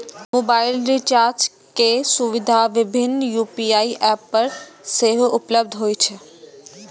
mobile recharge के सुविधा विभिन्न यू.पी.आई एप पर सेहो उपलब्ध होइ छै